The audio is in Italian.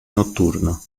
notturno